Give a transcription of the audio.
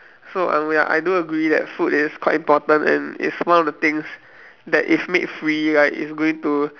so um ya I do agree that food is quite important and is one of the things that if made free right is going to